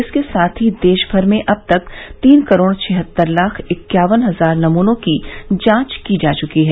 इसके साथ ही देश भर में अब तक तीन करोड़ छिहत्तर लाख इक्यावन हजार नमूनों की जांच की जा चुकी है